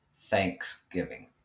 Thanksgiving